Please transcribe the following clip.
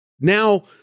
Now